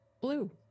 blue